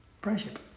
Friendship